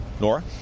Nora